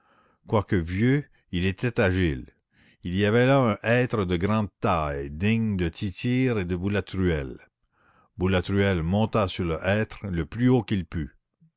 quoique vieux il était agile il y avait là un hêtre de grande taille digne de tityre et de boulatruelle boulatruelle monta sur le hêtre le plus haut qu'il put